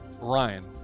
Ryan